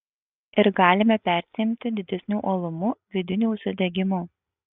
ir galime persiimti didesniu uolumu vidiniu užsidegimu